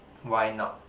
why not